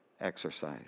Exercise